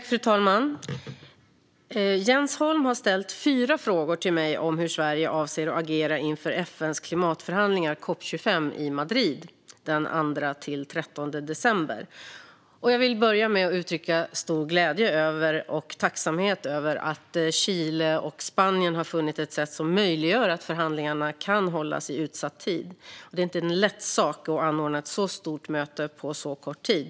Fru talman! Jens Holm har ställt fyra frågor till mig om hur Sverige avser att agera inför FN:s klimatförhandlingar COP 25 i Madrid den 2-13 december. Jag vill börja med att uttrycka stor glädje och tacksamhet över att Chile och Spanien har funnit ett sätt som möjliggör att förhandlingarna kan hållas i utsatt tid. Det är inte en lätt sak att anordna ett så stort möte på så kort tid.